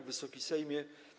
Wysoki Sejmie!